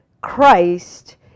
Christ